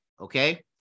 okay